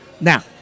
Now